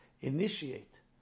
initiate